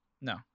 No